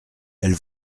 elle